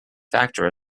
factor